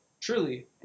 Truly